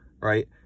right